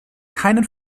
keinen